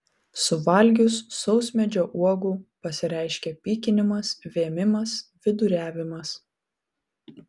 suvalgius sausmedžio uogų pasireiškia pykinimas vėmimas viduriavimas